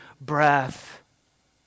breath